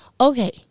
Okay